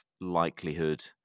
likelihood